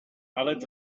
aled